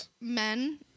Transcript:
men